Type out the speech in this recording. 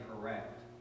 correct